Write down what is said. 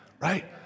right